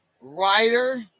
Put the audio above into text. writer